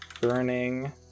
burning